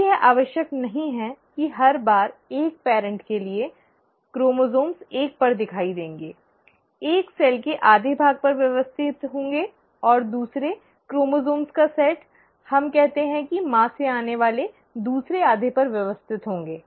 अब यह आवश्यक नहीं है कि हर बार एक पेरेंट् के लिए क्रोमोसोम्स एक पर दिखाई देंगे एक सेल के आधे भाग पर व्यवस्थित होंगे और दूसरे क्रोमोसोम्स का सेट हम कहते हैं कि माँ से आने वाले दूसरे आधे पर व्यवस्थित होंगे